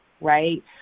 right